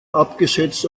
abgesetzt